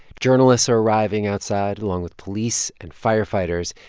journalists are arriving outside, along with police and firefighters,